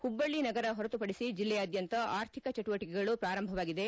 ಹುಬ್ಬಳ್ಳ ನಗರ ಹೊರತುಪಡಿಸಿ ಬಲ್ಲೆಯಾದ್ಯಂತ ಆರ್ಥಿಕ ಚಟುವಟಿಕೆಗಳು ಪ್ರಾರಂಭವಾಗಿದೆ